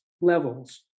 levels